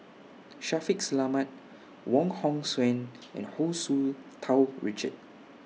Shaffiq Selamat Wong Hong Suen and Hu Tsu Tau Richard